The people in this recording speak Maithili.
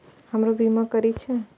हमरो बीमा करीके छः?